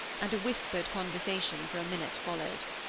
and a whispered conversation for a minute followed.